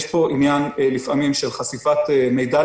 יש פה לפעמים עניין של חשיפת מידע.